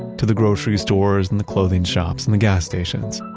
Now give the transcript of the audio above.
to the grocery stores and the clothing shops and the gas stations,